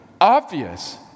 obvious